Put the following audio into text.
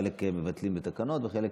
חלק מבטלים בתקנון וחלק